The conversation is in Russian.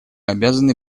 обязаны